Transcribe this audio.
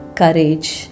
courage